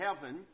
heaven